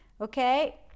okay